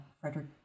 Frederick